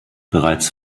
bereits